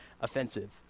offensive